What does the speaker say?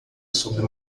sobre